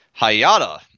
Hayata